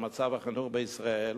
מצב החינוך בישראל,